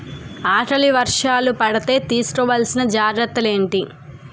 ఆకలి వర్షాలు పడితే తీస్కో వలసిన జాగ్రత్తలు ఏంటి?